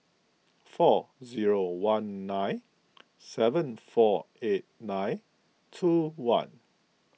four zero one nine seven four eight nine two one